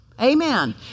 Amen